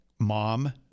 mom